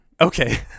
Okay